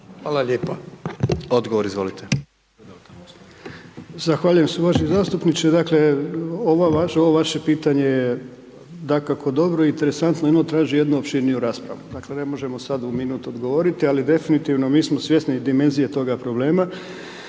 izvolite. **Horvat, Mile (SDSS)** Zahvaljujem se uvaženi zastupniče. Dakle, ovo vaše pitanje je dakako dobro, interesantno, ono traži jednu opširniju raspravu. Dakle ne možemo sad u minut odgovoriti ali definitivno mi smo svjesni dimenzije toga problema